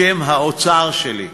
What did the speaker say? בשם "האוצר שלי"